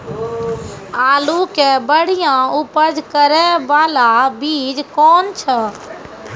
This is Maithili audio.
आलू के बढ़िया उपज करे बाला बीज कौन छ?